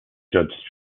judge